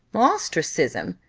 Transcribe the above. ostracism!